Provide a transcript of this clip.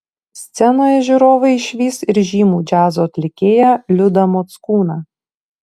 scenoje žiūrovai išvys ir žymų džiazo atlikėją liudą mockūną